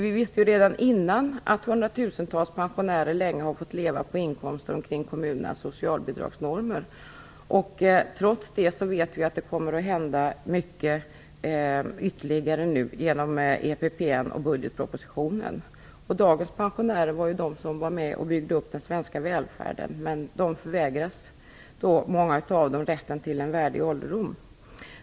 Vi visste redan tidigare att hundratusentals pensionärer länge har fått leva på inkomster omkring kommunernas socialbidragsnormer. Trots det vet vi att det kommer att hända mycket ytterligare nu, genom den ekonomisk-politiska propositionen och budgetpropositionen. Dagens pensionärer var ju med om att bygga upp den svenska välfärden, men många av dem förvägras rätten till en värdig ålderdom.